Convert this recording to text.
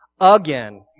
again